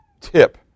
tip